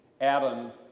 Adam